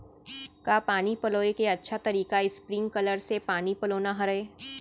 का पानी पलोय के अच्छा तरीका स्प्रिंगकलर से पानी पलोना हरय?